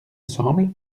semble